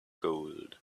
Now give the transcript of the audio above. gold